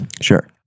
sure